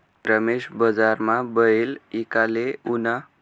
रमेश बजारमा बैल ईकाले ऊना